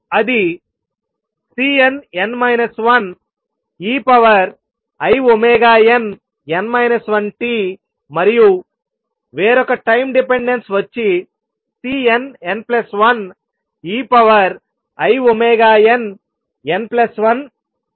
అది Cnn 1einn 1t మరియు వేరొక టైం డిపెండెన్స్ వచ్చి Cnn1einn1t